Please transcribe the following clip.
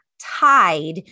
tied